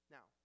Now